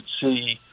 see